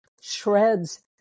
shreds